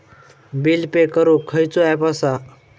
Bill pay करूक खैचो app असा?